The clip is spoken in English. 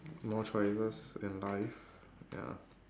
more choices in life ya